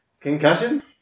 Concussion